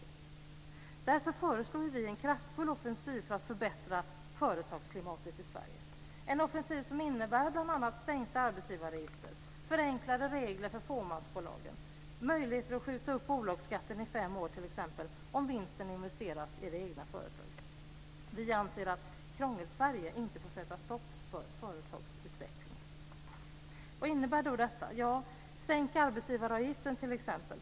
Mot den bakgrunden föreslår vi en kraftfull offensiv för att förbättra företagsklimatet i Sverige - en offensiv som innebär bl.a. sänkta arbetsgivaravgifter, förenklade regler för fåmansbolagen och möjligheter att skjuta upp bolagsskatten i exempelvis fem år, om vinsten investeras i det egna företaget. Vi anser att Krångel-Sverige inte får sätta stopp för företagsutveckling. Vad innebär då detta? Ja, det handlar t.ex. om att sänka arbetsgivaravgiften.